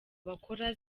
bakora